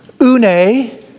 une